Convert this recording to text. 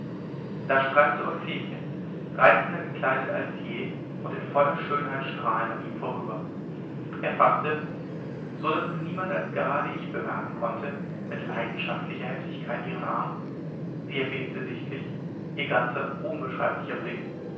da streifte euphemie reizender gekleidet als je und in voller schönheit strahlend an ihm vorüber er faßte so daß es niemand als gerade ich bemerken konnte mit leidenschaftlicher heftigkeit ihren arm sie erbebte sichtlich ihr ganz unbeschreiblicher blick